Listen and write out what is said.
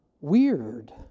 weird